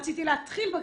אני רציתי להתחיל בקריאה,